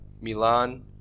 Milan